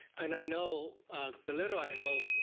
and i know the little i know